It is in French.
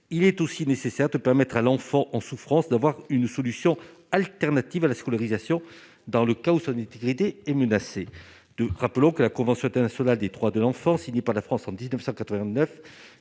il est aussi nécessaire de permettre à l'enfant en souffrance d'avoir une solution alternative à la scolarisation dans le cas où son intégrité est menacée de rappelons que la convention était un soldat des droits de l'enfant, signée par la France en 1989